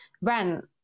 rent